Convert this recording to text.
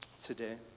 today